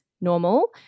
normal